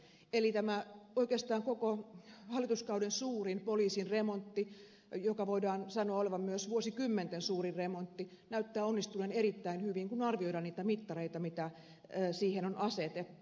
eli oikeastaan koko tämän hallituskauden suurin poliisin remontti jonka voidaan sanoa olevan myös vuosikymmenten suurin remontti näyttää onnistuneen erittäin hyvin kun arvioidaan niitä mittareita mitä siihen on asetettu